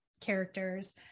characters